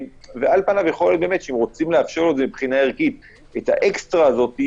אם רוצים לאפשר לו מבחינה ערכית את האקסטרה הזאת,